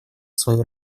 свою